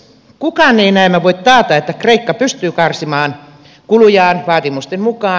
kukaan ei näemmä voi taata että kreikka pystyy karsimaan kulujaan vaatimusten mukaan